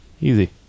Easy